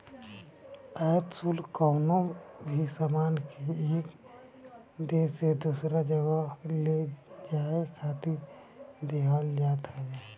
आयात शुल्क कवनो भी सामान के एक देस से दूसरा जगही ले जाए खातिर देहल जात हवे